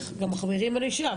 החמרת הענישה,